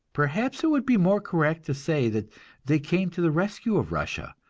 perhaps it would be more correct to say that they came to the rescue of russia,